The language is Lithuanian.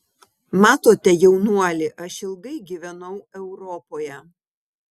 matote jaunuoli aš ilgai gyvenau europoje